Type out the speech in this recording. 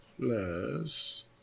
plus